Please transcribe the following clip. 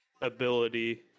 ability